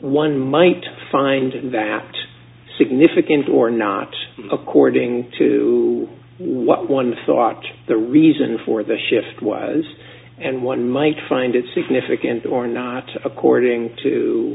one might find that significant or not according to what one thought the reason for the shift was and one might find it significant or not according to